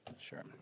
Sure